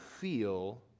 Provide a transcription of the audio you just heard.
feel